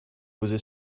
posé